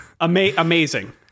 amazing